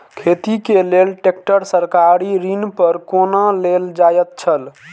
खेती के लेल ट्रेक्टर सरकारी ऋण पर कोना लेल जायत छल?